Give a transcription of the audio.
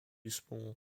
small